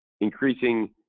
increasing